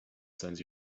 sends